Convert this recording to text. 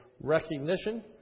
recognition